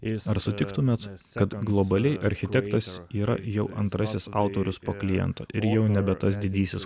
ar sutiktumėt kad globaliai architektas yra jau antrasis autorius po kliento ir jau nebe tas didysis